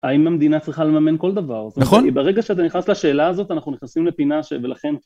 האם המדינה צריכה לממן כל דבר? נכון. ברגע שאתה נכנס לשאלה הזאת אנחנו נכנסים לפינה ולכן...